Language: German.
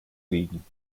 liegen